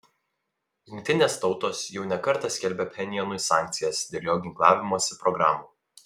jungtinės tautos jau ne kartą skelbė pchenjanui sankcijas dėl jo ginklavimosi programų